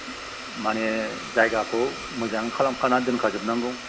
मानि जायगाखौ मोजाङै खालामखाना दोनखा जोबनांगौ